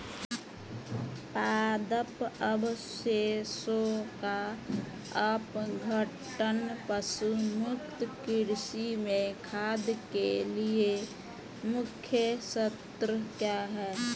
पादप अवशेषों का अपघटन पशु मुक्त कृषि में खाद के लिए मुख्य शर्त है